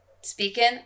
speaking